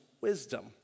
wisdom